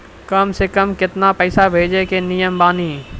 कम से कम केतना पैसा भेजै के नियम बानी?